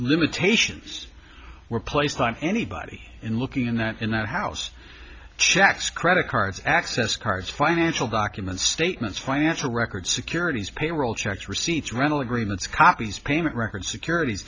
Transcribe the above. limitations were placed on anybody in looking in that in that house checks credit cards access cards financial documents statements financial records securities payroll checks receipts rental agreements cockies payment record securit